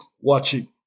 watching